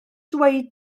dweud